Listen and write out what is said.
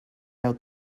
out